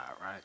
right